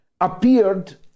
appeared